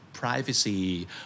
privacy